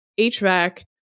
HVAC